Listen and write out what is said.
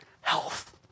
health